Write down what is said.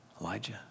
Elijah